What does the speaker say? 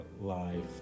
life